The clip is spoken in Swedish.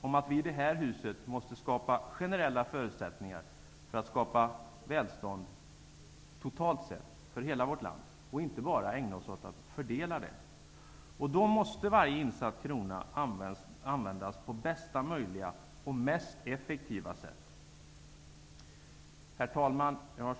om att vi i det här huset måste skapa generella förutsättningar för välstånd totalt sett, för hela vårt land, och inte bara ägna oss åt att fördela välstånd. Då måste varje insatt krona användas på bästa möjliga och mest effektiva sätt. Herr talman!